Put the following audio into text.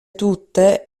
tutte